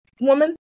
woman